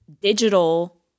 digital